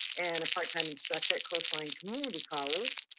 and a part time instructor at coastline community college,